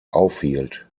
aufhielt